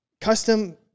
custom